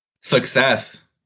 success